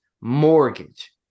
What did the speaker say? mortgage